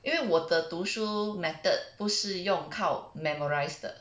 因为我的读书 method 不是用靠 memorise 的